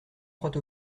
croient